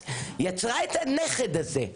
יצרה את הנכד הזה.